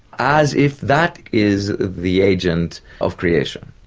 as if that is the agent of creation,